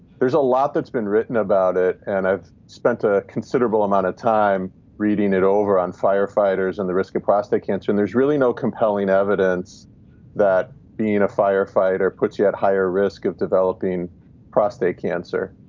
there's a lot that's been written about it. and i've spent a considerable amount of time reading it over on firefighters and the risk of prostate cancer, and there's really no compelling evidence that being a firefighter puts you at higher risk of developing prostate cancer.